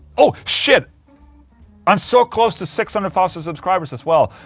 oh, shit i'm so close to six hundred thousand subscribers as well